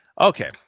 Okay